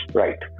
right